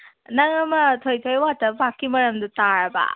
ꯅꯪ ꯑꯃ ꯊꯣꯏꯊꯣꯏ ꯋꯥꯇꯔ ꯄꯥꯛꯀꯤ ꯃꯔꯝꯗꯣ ꯇꯥꯔꯕ